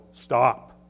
stop